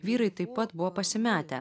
vyrai taip pat buvo pasimetę